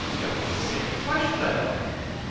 you are not serious. why shouldn't i look at it?